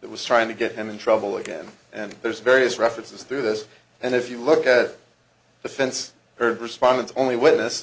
that was trying to get him in trouble again and there's various references through this and if you look at the fence her respondent only witness